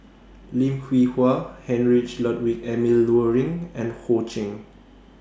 Lim Hwee Hua Heinrich Ludwig Emil Luering and Ho Ching